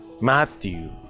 Matthew